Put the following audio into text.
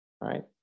right